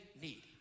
need